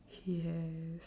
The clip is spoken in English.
he has